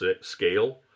scale